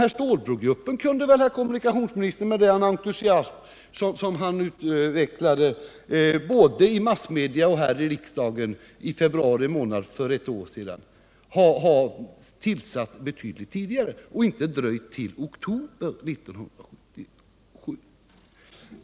Med tanke på den entusiasm som kommunikationsministern i februari förra året utvecklade både i massmedia och här i riksdagen kunde väl den här stålbrogruppen ha tillsatts betydligt tidigare och inte först i oktober 1977.